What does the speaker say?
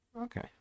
Okay